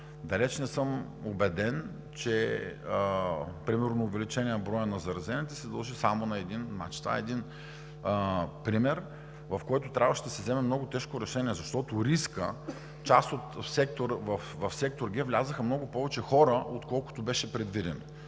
далеч не съм убеден, че примерно увеличеният брой на заразените се дължи само на един мач. Това е един пример, в който трябваше да се вземе много тежко решение, защото рискът… В Сектор Г влязоха много повече хора, отколкото беше предвидено.